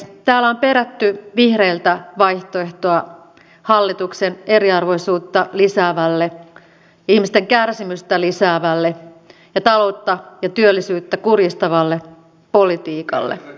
täällä on perätty vihreiltä vaihtoehtoa hallituksen eriarvoisuutta lisäävälle ihmisten kärsimystä lisäävälle ja taloutta ja työllisyyttä kurjistavalle politiikalle